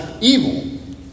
evil